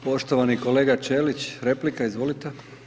Poštovani kolega Ćelić replika izvolite.